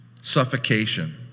suffocation